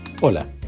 Hola